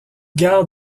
gare